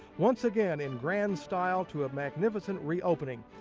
once again in grand style to a magnificent reopening.